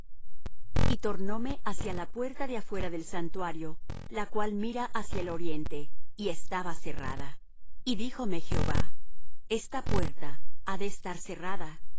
y tornome hacia la puerta de afuera del santuario la cual mira hacia el oriente y estaba cerrada y díjome jehová esta puerta ha de estar cerrada